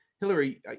hillary